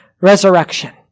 resurrection